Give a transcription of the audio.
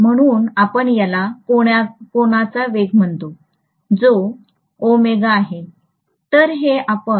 म्हणून आपण याला कोनाचा वेग म्हणतो जो ओमेगा आहे